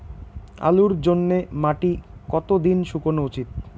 আলুর জন্যে মাটি কতো দিন শুকনো উচিৎ?